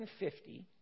150